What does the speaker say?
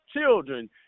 children